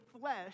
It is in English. flesh